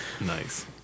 nice